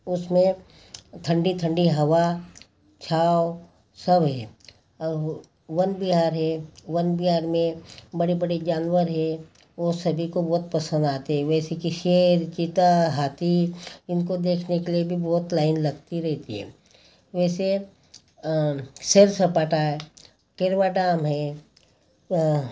उसमें ठंडी ठंडी हवा छाव सब है वन बिहार है वन बिहार में बड़े बड़े जानवर है वो सभी को बहुत पसंद आते हे वैसे की शेर चीता हाथी इनको देखने के लिए भी बहुत लाइन लगती रहती है वैसे सेर सपाटा है केरवा डाम है